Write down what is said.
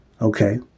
Okay